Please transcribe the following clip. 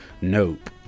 Nope